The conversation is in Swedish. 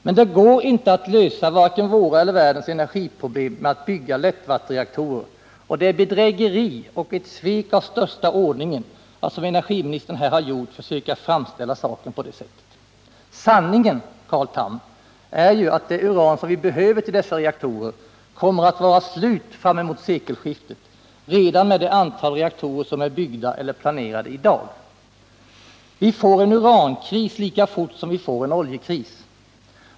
Men det går inte att lösa vare sig våra eller världens energiproblem med att bygga lättvattenreaktorer, och det är bedrägeri och svek av största ordningen att som energiministern här har gjort försöka framställa saken på det sättet. Sanningen, Carl Tham, är ju att det uran som vi behöver till dessa reaktorer kommer att vara slut fram emot sekelskiftet redan med det antal reaktorer som är byggda eller planerade idag. Vi får en urankris lika fort som vi får en oljekris.